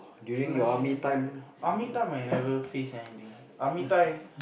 like army I never faced anything army time